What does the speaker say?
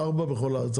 ארבעה בכל הארץ,